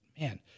man